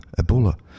Ebola